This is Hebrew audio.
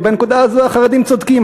ובנקודה הזאת החרדים צודקים,